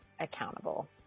accountable